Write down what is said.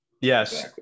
yes